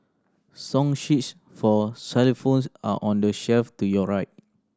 song sheets for xylophones are on the shelf to your right